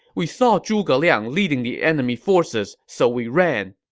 we saw zhuge liang leading the enemy forces, so we ran.